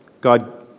God